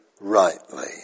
rightly